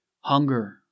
Hunger